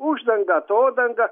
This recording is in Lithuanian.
uždanga atodanga